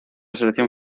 selección